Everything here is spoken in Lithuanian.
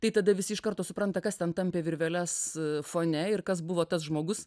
tai tada visi iš karto supranta kas ten tampė virveles fone ir kas buvo tas žmogus